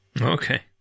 okay